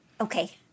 okay